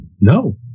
No